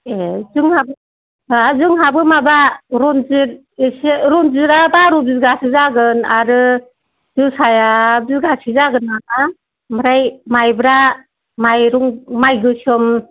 ए जोंहा हो जोंहाबो माबा रन्जित एसे रन्जितआ बार' बिगासो जागोन आरो जोसाया बिगासे जागोन नामा ओमफ्राय माइब्रा माइरं माइ गोसोम